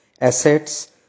assets